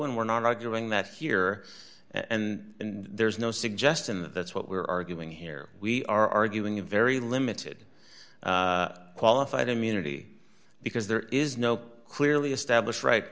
and we're not arguing that here and there's no suggestion that that's what we're arguing here we are arguing a very limited qualified immunity because there is no clearly established right